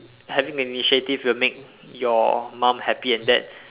having initiative will make your mum happy and that